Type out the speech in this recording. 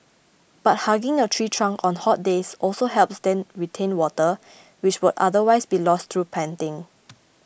but hugging a tree trunk on hot days also helps then retain water which would otherwise be lost through panting